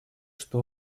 что